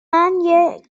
عطر